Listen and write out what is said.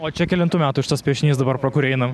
o čia kelintų metų šitas piešinys dabar pro kurį einam